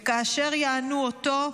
וכאשר ייענו אותו,